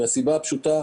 זאת מסיבה פשוטה: